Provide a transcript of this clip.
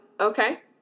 okay